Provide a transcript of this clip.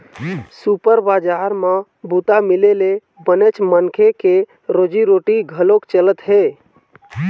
super बजार म बूता मिले ले बनेच मनखे के रोजी रोटी घलोक चलत हे